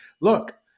look